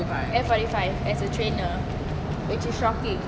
F forty five as a trainer which is shocking